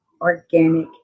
organic